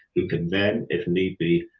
who can then, if need be,